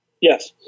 Yes